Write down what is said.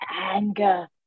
anger